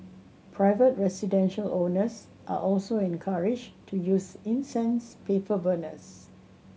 private residential owners are also encouraged to use incense paper burners